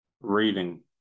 Reading